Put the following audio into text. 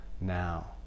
now